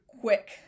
quick